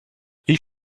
ich